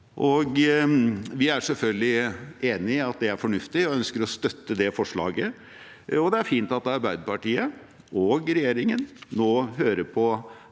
vi er selvfølgelig enig i at det er fornuftig, og ønsker å støtte det forslaget. Det er fint at Arbeiderpartiet og regjeringen nå hører på